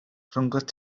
rhyngot